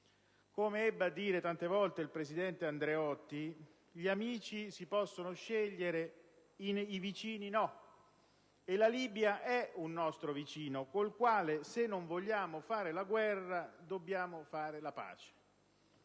Come ebbe a dire tante volte il presidente Andreotti, gli amici si possono scegliere, i vicini no. E la Libia è un nostro vicino con il quale, se non vogliamo fare la guerra, dobbiamo fare la pace.